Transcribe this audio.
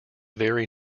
very